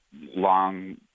long